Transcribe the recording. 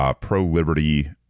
pro-liberty